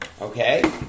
Okay